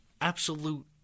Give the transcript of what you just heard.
absolute